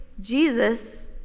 Jesus